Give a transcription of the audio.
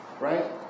Right